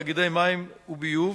תעשייה וחקלאות,